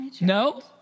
No